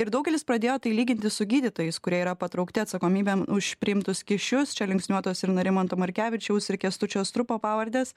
ir daugelis pradėjo tai lyginti su gydytojais kurie yra patraukti atsakomybėn už priimtus kyšius čia linksniuotos ir narimanto markevičiaus ir kęstučio strupo pavardės